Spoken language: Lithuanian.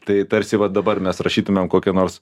tai tarsi va dabar mes rašytumėm kokia nors